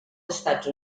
estats